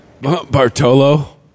Bartolo